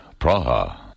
Praha